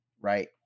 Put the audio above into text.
right